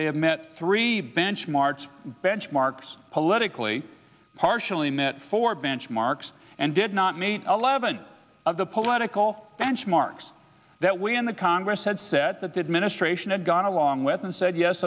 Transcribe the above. they have met three benchmarks benchmarks politically partially met four benchmarks and did not meet a level of the political benchmarks that we in the congress had said that the administration had gone along with and said yes